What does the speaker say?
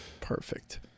Perfect